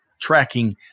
tracking